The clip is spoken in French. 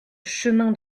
chemin